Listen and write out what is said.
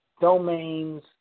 domains